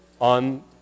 on